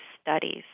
studies